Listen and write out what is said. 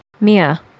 Mia